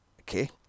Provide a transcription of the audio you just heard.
Okay